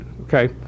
okay